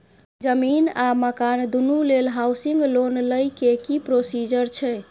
जमीन आ मकान दुनू लेल हॉउसिंग लोन लै के की प्रोसीजर छै?